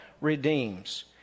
redeems